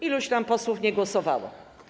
Iluś tam posłów nie głosowało.